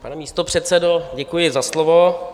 Pane místopředsedo, děkuji za slovo.